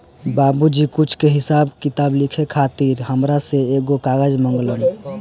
बाबुजी कुछ के हिसाब किताब लिखे खातिर हामरा से एगो कागज मंगलन